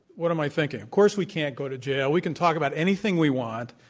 what am i thinking, of course we can't go to jail, we can talk about anything we want.